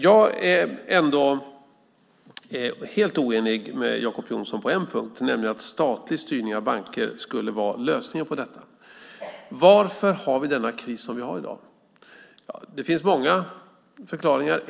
Jag är dock helt oenig med Jacob Johnson på en annan punkt, nämligen att statlig styrning av banker skulle vara lösningen. Varför har vi den kris som vi har i dag? Det finns många förklaringar.